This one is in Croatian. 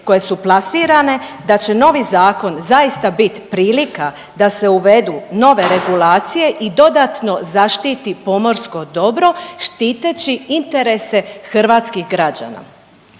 koje su plasirane da će novi zakon zaista bit prilika da se uvedu nove regulacije i dodatno zaštiti pomorsko dobro štiteći interese hrvatskih građana.